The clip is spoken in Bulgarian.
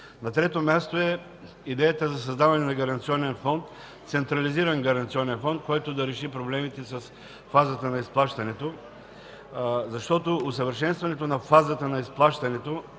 На трето място e идеята за създаване на гаранционен фонд, централизиран гаранционен фонд, който да реши проблемите с фазата на изплащането, защото усъвършенстването на фазата на изплащането